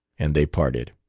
and they parted.